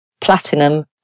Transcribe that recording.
platinum